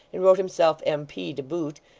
and wrote himself m p. to boot,